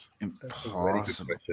Impossible